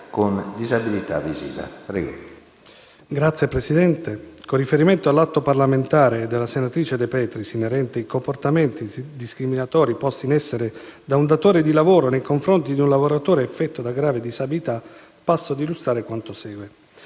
Signor Presidente, con riferimento all'atto parlamentare della senatrice De Petris, inerente i comportamenti discriminatori posti in essere da un datore di lavoro nei confronti di un lavoratore affetto da grave disabilità, passo ad illustrare quanto segue.